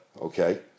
okay